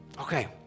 Okay